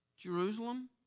Jerusalem